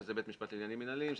שזה בית משפט לעניינים מינהליים,